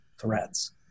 threats